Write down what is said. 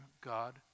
God